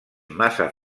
massa